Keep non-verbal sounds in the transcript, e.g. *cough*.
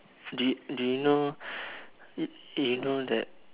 did did you know *breath* did you know that